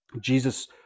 Jesus